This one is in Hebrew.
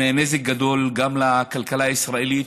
עם נזק גדול גם לכלכלה הישראלית,